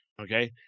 okay